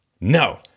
No